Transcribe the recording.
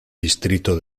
distrito